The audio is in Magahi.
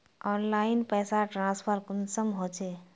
ऑनलाइन पैसा ट्रांसफर कुंसम होचे?